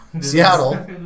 Seattle